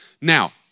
Now